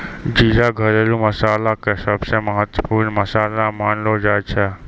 जीरा घरेलू मसाला के सबसॅ महत्वपूर्ण मसाला मानलो जाय छै